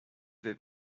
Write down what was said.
vais